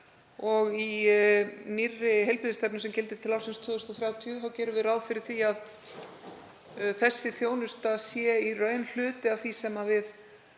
Í nýrri heilbrigðisstefnu sem gildir til ársins 2030 gerum við ráð fyrir að þessi þjónusta sé í raun hluti af því sem við,